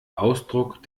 ausdruck